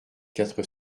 quatre